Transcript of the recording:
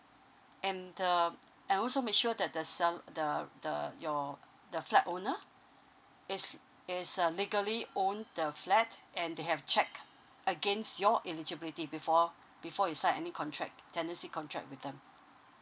and uh and also make sure that the sell~ the the your the flat owner it's it's uh legally own the flat and they have checked against your eligibility before before you sign any contract tenancy contract with them